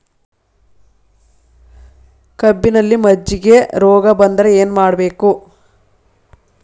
ಕಬ್ಬಿನಲ್ಲಿ ಮಜ್ಜಿಗೆ ರೋಗ ಬಂದರೆ ಏನು ಮಾಡಬೇಕು?